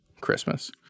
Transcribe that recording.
Christmas